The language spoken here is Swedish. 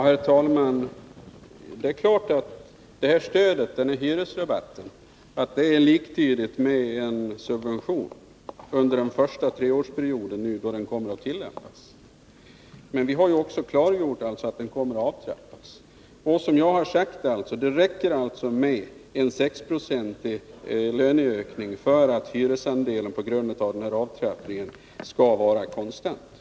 Herr talman! Det är klart att det här stödet, den här hyresrabatten, är liktydigt med en subvention under den första treårsperiod då den kommer att tillämpas. Men vi har också klargjort att den kommer att trappas av. Och det räcker som sagt med en 6-procentig löneökning för att hyresandelen på grund av den här avtrappningen skall vara konstant.